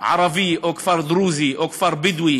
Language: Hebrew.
ערבי או כפר דרוזי או כפר בדואי